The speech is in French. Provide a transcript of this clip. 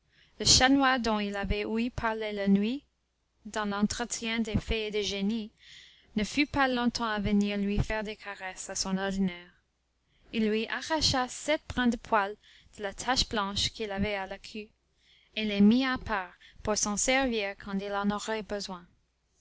il avait ouï parler la nuit dans l'entretien des fées et des génies ne fut pas longtemps à venir lui faire des caresses à son ordinaire il lui arracha sept brins de poil de la tache blanche qu'il avait à la queue et les mit à part pour s'en servir quand il en aurait besoin